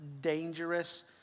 dangerous